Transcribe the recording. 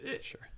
Sure